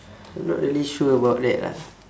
I'm not really sure about that lah